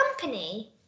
company